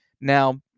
now